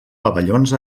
pavellons